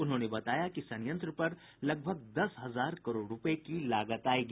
उन्होंने बताया कि संयंत्र पर लगभग दस हजार करोड़ रूपये की लागत आयेगी